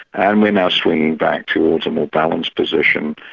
and we're now swinging back towards a more balanced position.